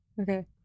Okay